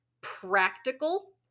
practical